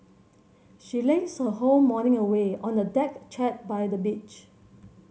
she lazed her whole morning away on a deck chair by the beach